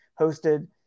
hosted